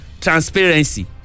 transparency